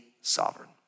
sovereign